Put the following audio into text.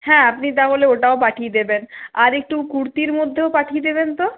হ্যাঁ আপনি তা হলে ওটাও পাঠিয়ে দেবেন আর একটু কুর্তির মধ্যেও পাঠিয়ে দেবেন তো